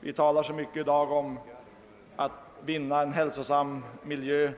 Vi talar i dag så mycket om att vinna en hälsosam miljö